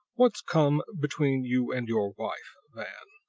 what's come between you and your wife, van?